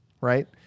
right